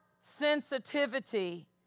sensitivity